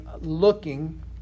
looking